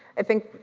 i think,